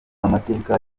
amateka